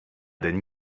denn